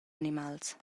animals